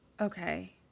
Okay